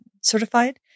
certified